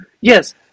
Yes